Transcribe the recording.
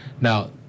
Now